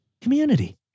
Community